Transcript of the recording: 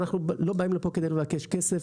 אנחנו לא באים לפה על מנת לבקש כסף,